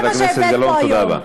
זה מה שהבאת פה היום.